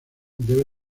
debe